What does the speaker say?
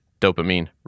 dopamine